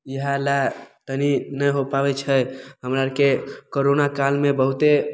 इहए लए तनी नहि हो पाबैत छै हमरा आरके करोना कालमे बहुते